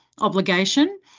obligation